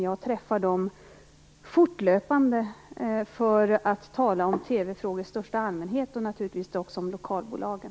Jag träffar dem fortlöpande för att tala om TV-frågor i största allmänhet och, naturligtvis, också om lokalbolagen.